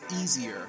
easier